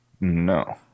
No